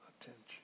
attention